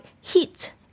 heat